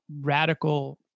radical